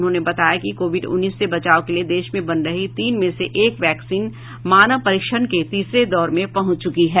उन्होंने बताया कि कोविड उन्नीस से बचाव के लिए देश में बन रही तीन में से एक वैक्सीन मानव परीक्षण के तीसरे दौर में पहुंच चुकी है